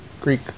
Greek